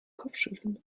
kopfschütteln